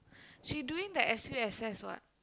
she doing the S_U_S_S what